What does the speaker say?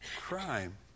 crime